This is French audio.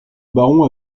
baron